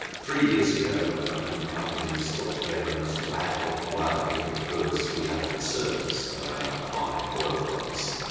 three years ago a few companies got together in a sort of ad hoc way because we had concerns about the high oil price,